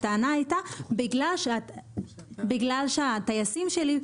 הטענה הייתה בגלל שהטייסים שלי,